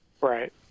Right